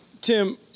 Tim